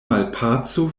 malpaco